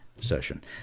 session